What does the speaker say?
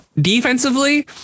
defensively